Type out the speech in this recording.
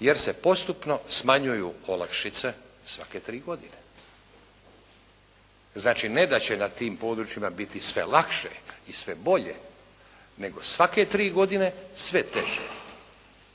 jer se postupno smanjuju olakšice svake 3 godine. Znači, ne da će na tim područjima biti sve lakše i sve bolje, nego svake 3 godine sve teže.